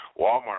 Walmart